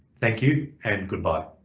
thank you and goodbye.